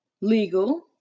legal